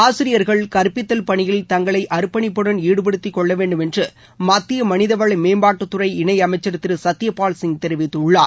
ஆசிரியர்கள் கற்பித்தல் பணியில் தங்களை அர்ப்பணிப்புடன் ஈடுபடுத்திக் கொள்ளவேண்டும் என்று மத்திய மனிதவள மேம்பாட்டுத் துறை இணை அமைச்சர் திரு சத்யபால்சிங் தெரிவித்துள்ளார்